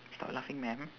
stop laughing ma'am